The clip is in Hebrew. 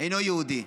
שאינו יהודי,